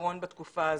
פתרון בתקופה הזו.